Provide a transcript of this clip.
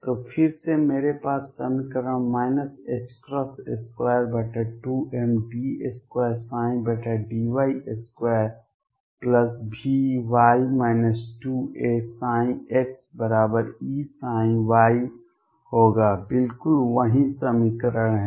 तो फिर से मेरे पास समीकरण 22md2dy2Vy 2axEψy होगा बिल्कुल वही समीकरण है